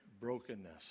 brokenness